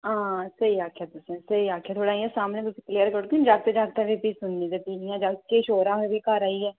हां स्हेई आखेआ तुसें स्हेई आखेआ थोह्ड़ा इयां सामनै तुस क्लीअर करी ओड़गे निं जाकते जाकते बी' फ्ही सुननी ते फ्ही इ'यां जाकत किश होर आखदे घर आइयै